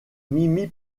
mimi